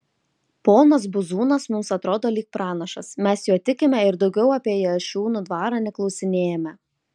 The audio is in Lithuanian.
ponas buzūnas mums atrodo lyg pranašas mes juo tikime ir daugiau apie jašiūnų dvarą neklausinėjame